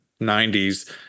90s